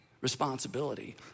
responsibility